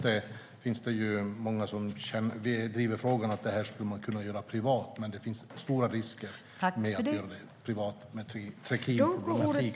Det finns många som driver frågan om att ta hand om köttet privat, men det finns stora risker med att göra det privat med tanke på trikinproblemet.